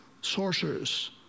sorcerers